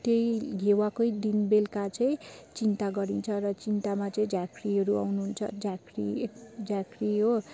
त्यही घेवाकै दिन बेलुका चाहिँ चिन्ता गरिन्छ र चिन्तामा चाहिँ झाँक्रीहरू आउनुहुन्छ झाँक्री झाँक्री हो